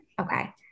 Okay